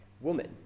Woman